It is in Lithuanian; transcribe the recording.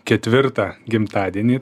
ketvirtą gimtadienį